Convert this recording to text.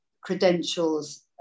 credentials